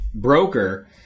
broker